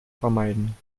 vermeiden